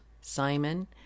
Simon